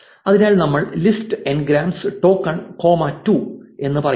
അതിനാൽ നമ്മൾ list ngrams token comma 2 എന്ന് പറയുന്നു